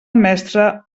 mestre